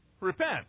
Repent